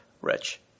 rich